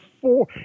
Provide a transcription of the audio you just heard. four